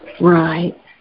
Right